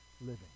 living